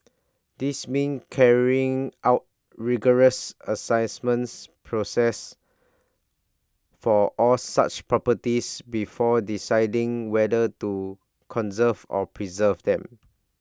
this means carrying out rigorous Assessment process for all such properties before deciding whether to conserve or preserve them